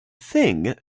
thing